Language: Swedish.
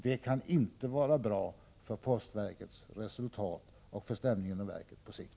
Det kan inte vara bra för postverkets resultat eller för stämningen i verket på sikt.